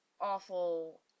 awful